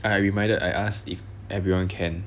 I reminded I asked if everyone can